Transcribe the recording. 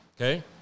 Okay